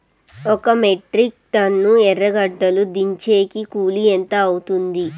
ఒక metric tonne ఎర్రగడ్డలు దించేకి కూలి ఎంత అవుతుంది?